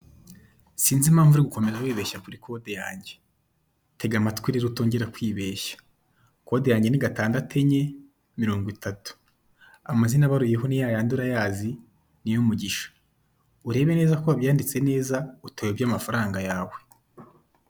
Sinzi impamvu uri gukomeza wibeshya kuri kode yanjye, tega amatwi rero utongera kwibeshya kode yanjye ni gatandatu enye, mirongo itatu, amazina abaruyeho ni yayandi urayazi NIYOMUGISHA, urebe neza ko wabyanditse neza utayobya amafaranga yawe.